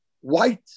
white